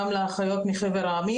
גם לאחיות מחבר העמים,